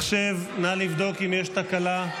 מחשב, נא לבדוק אם יש תקלה.